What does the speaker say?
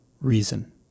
reason